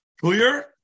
clear